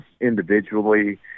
individually